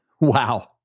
Wow